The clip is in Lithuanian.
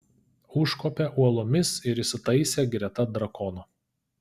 užkopė uolomis ir įsitaisė greta drakono